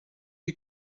you